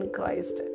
Christ